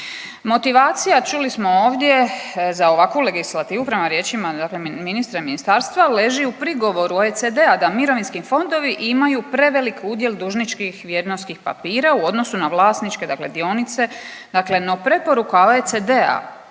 Motivacija čuli smo ovdje za ovakvu legislativu upravo riječima, dakle ministra, ministarstva leži u prigovoru OECD-a da mirovinski fondovi imaju prevelik udjel dužničkih vrijednosnih papira u odnosu na vlasničke, dakle dionice. Dakle, no preporuka OECD-a